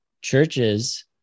churches